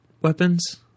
weapons